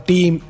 Team